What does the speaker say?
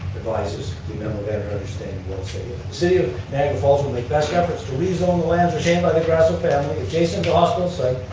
advises. the memorandum of understanding will city of niagara falls will make best efforts to reason on the lands obtained by the grassl family adjacent to hospital site,